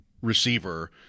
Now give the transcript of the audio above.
receiver